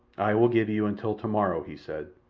i will give you until tomorrow, he said,